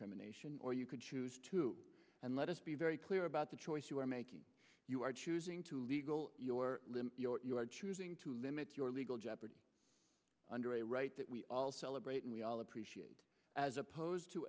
incrimination or you could choose to and let us be very clear about the choice you are making you are choosing to legal your you are choosing to limit your legal jeopardy under a right that we all celebrate and we all appreciate as opposed to